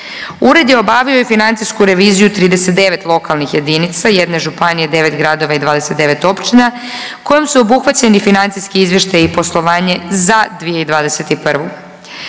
Ured je obavio i financijsku reviziju 39 lokalnih jedinica, 1 županije, 9 gradova i 29 općina kojom su obuhvaćeni financijski izvještaji i poslovanje za 2021.